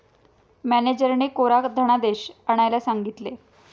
मॅनेजरने कोरा धनादेश आणायला सांगितले